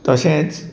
तशेंच